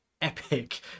epic